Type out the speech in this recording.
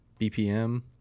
BPM